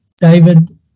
David